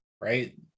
right